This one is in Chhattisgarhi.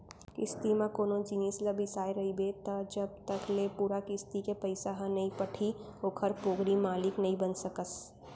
किस्ती म कोनो जिनिस ल बिसाय रहिबे त जब तक ले पूरा किस्ती के पइसा ह नइ पटही ओखर पोगरी मालिक नइ बन सकस